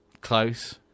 Close